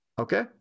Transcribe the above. Okay